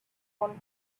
one